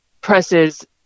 presses